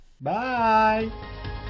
Bye